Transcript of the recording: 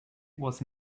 was